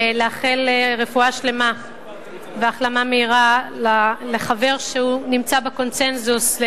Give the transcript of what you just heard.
לאחל רפואה שלמה והחלמה מהירה לחבר שנמצא בקונסנזוס,